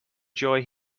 joy